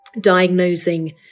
diagnosing